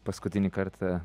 paskutinį kartą